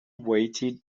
waited